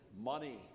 money